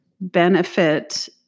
benefit